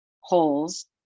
holes